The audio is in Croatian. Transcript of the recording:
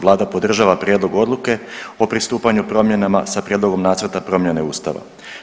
Vlada podržava Prijedlog Odluke o pristupanju promjenama sa Prijedlogom nacrta promjene Ustava.